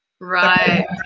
Right